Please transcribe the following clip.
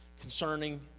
concerning